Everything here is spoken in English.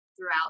throughout